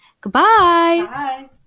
goodbye